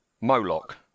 Moloch